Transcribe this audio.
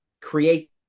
create